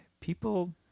People